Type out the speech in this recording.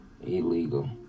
illegal